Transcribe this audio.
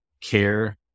care